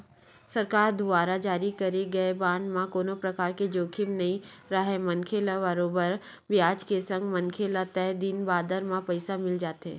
सरकार दुवार जारी करे गे बांड म कोनो परकार के जोखिम नइ राहय मनखे ल बरोबर बियाज के संग मनखे ल तय दिन बादर म पइसा मिल जाथे